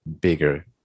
bigger